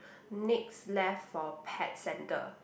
next left for pet centre